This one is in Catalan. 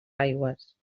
aigües